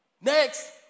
next